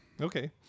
Okay